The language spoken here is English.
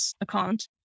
account